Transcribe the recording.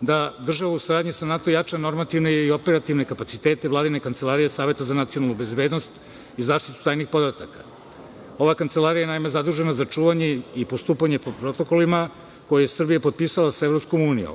da država u saradnji sa NATO jača normativne i operativne kapacitete Vladine kancelarije Saveta za nacionalnu bezbednost i zaštitu tajnih podataka. Ova kancelarija je, naime zadužena za čuvanje i postupanje po protokolima koje je Srbija potpisala sa EU,